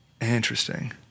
Interesting